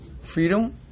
freedom